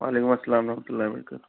وعلیکم السلحمہ ال علیکم